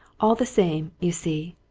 all the same, you see,